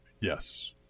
Yes